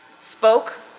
spoke